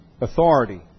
Authority